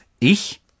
ich